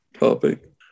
topic